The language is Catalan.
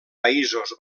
països